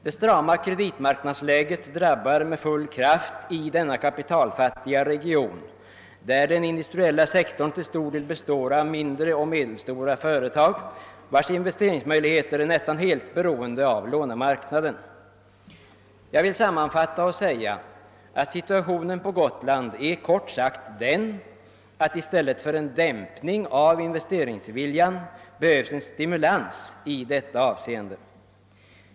Det strama kreditmarknadsläget drabbar med fullt kraft i denna kapitalfattiga region, där den industriella sektorn till stor del består av mindre och medelstora företag, vilkas investeringsmöjligheter nästan är helt beroende av lånemarknaden. Jag vill sammanfatta och säga att situationen på Gotland är den att i stället för en dämpning av investeringsviljan behövs en stimulans i detta avseende.